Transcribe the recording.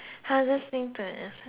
hardest